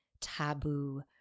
taboo